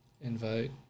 Invite